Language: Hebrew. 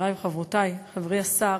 חברי וחברותי, חברי השר,